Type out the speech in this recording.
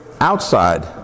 outside